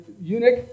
eunuch